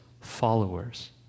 followers